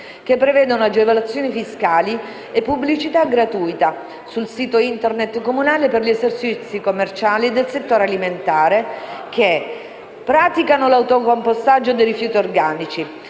che prevedono agevolazioni fiscali e pubblicità gratuita sul sito internet comunale per gli esercizi commerciali del settore alimentare che praticano l'autocompostaggio dei rifiuti organici,